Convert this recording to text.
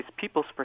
people's